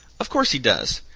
of course he does.